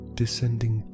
descending